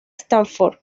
stanford